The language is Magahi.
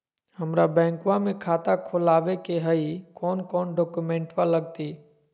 हमरा बैंकवा मे खाता खोलाबे के हई कौन कौन डॉक्यूमेंटवा लगती?